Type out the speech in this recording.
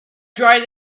dried